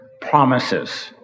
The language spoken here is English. promises